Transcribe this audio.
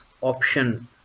option